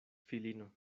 filino